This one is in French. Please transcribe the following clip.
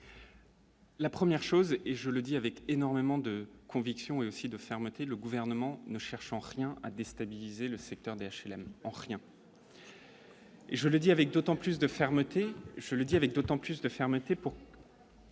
La première chose et je le dis avec énormément de conviction et aussi de fermeté, le gouvernement ne cherche en rien à déstabiliser le secteur d'HLM rien. Et je le dis avec d'autant plus de fermeté,